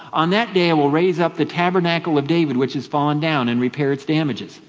on that day will raise up the tabernacle of david, which has fallen down, and repair its damages.